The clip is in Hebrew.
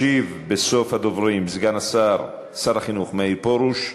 ישיב לדוברים סגן שר החינוך מאיר פרוש.